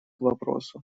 вопросу